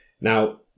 now